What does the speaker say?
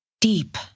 deep